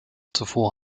zuvor